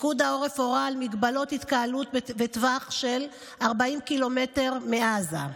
פיקוד העורף הורה על הגבלות התקהלות בטווח של 40 ק"מ מעזה.